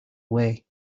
way